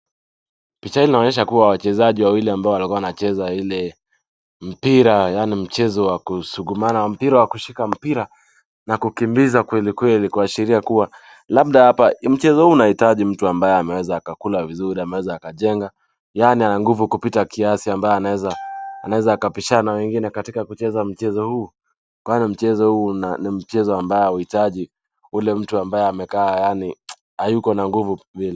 Picha hii inaonyesha kuwa wachezaji wawili ambao walikuwa wanacheza ile mpira, yaani mchezo wa kusukumana mpira wa kushika mpira na kukimbiza kweli kweli kuashiria kuwa, labda hapa mchezo huu unaitaji mtu ambaye amekula vizuri ameweza kujenga, yaani ana nguvu kupita kiasia ambaye anaweza kupishana na wengine katika kucheza mchezo huu . Kwani mchezo huu ni mchezo ambao huitaji ule mtu ambaye amekaa yaani hayuko na nguvu kimwili.